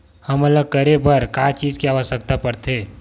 हमन ला करे बर का चीज के आवश्कता परथे?